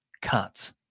Cut